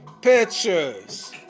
pictures